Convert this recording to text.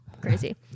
crazy